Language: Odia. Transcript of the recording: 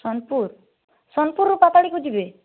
ସୋନପୁର ସୋନପୁରରୁ ପାତାଳୀକୁ ଯିବେ